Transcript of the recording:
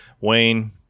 Wayne